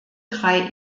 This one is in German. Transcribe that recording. drei